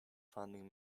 finding